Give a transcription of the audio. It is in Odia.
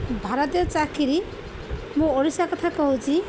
ଭାରତୀୟ ଚାକିରି ମୁଁ ଓଡ଼ିଶା କଥା କହୁଛି